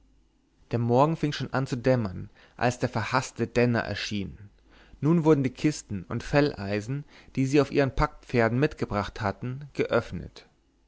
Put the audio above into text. der morgen fing schon an zu dämmern als der verhaßte denner erschien nun wurden die kisten und felleisen die sie auf ihren packpferden mitgebracht hatten geöffnet